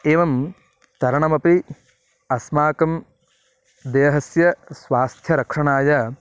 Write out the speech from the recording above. एवं तरणमपि अस्माकं देहस्य स्वास्थ्यरक्षणाय